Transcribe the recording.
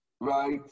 right